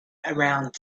around